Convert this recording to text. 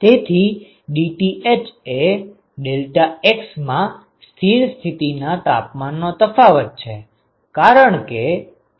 તેથી ડીટીએચ એ ડેલ્ટા ઍક્સમાં સ્થિર સ્થિતિના તાપમાનનો તફાવત છે કારણ કે